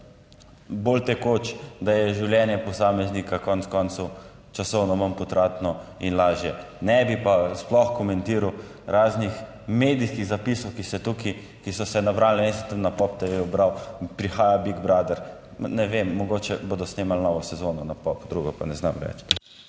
bolj tekoč, da je življenje posameznika konec koncev časovno manj potratno in lažje. Ne bi pa sploh komentiral raznih medijskih zapisov, ki so tukaj, ki so se nabrali. Jaz sem tam na Pop TV bral, prihaja Big Brother, ne vem, mogoče bodo snemali novo sezono na Pop, drugo pa ne znam /